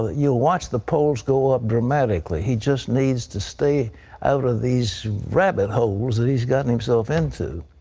you'll watch the polls go up dramatically. he just needs to stay out of these rabbit holes that he's gotten himself into.